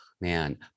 man